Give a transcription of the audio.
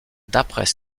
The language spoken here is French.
d’après